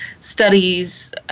studies